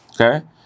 okay